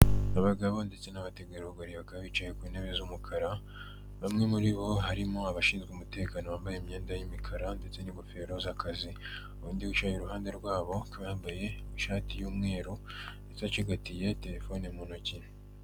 Abagabo ndetse n'abategarugori, bakaba bicaye ku ntebe z'umukara, bamwe muri bo harimo abashinzwe umutekano bambaye imyenda y'imikara, ndetse n'ingofero z'akazi, undi wicaye iruhande rwabo yambaye ishati y'umweru, ndetse acigatiye terefone mu ntoki.